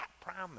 promise